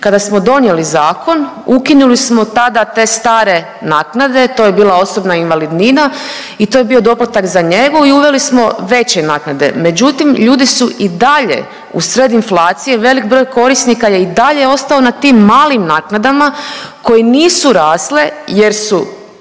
kada smo donijeli zakon ukinuli smo tada te stare naknade, to je bila osobna invalidnina i to je bio doplatak za njegu i uveli smo veće naknade, međutim ljudi su i dalje usred inflacije, velik broj korisnika je i dalje ostao na tim malim naknadama koje nisu rasle jer su